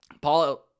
Paul –